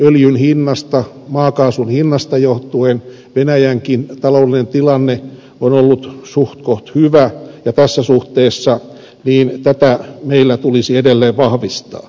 öljyn hinnasta maakaasun hinnasta johtuen venäjänkin taloudellinen tilanne on ollut suhtkoht hyvä ja tässä suhteessa tätä meillä tulisi edelleen vahvistaa